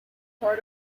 part